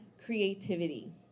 creativity